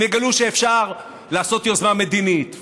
הם יגלו שאפשר לעשות יוזמה מדינית,